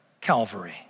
Calvary